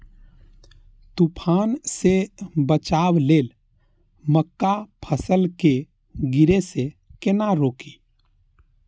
तुफान से बचाव लेल मक्का फसल के गिरे से केना रोकी?